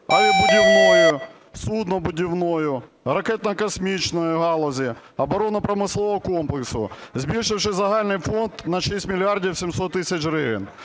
авіабудівної, суднобудівної, ракетно-космічної галузі, оборонно-промислового комплексу", збільшивши загальний фонд на 6 мільярдів 700 тисяч гривень.